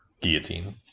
Guillotine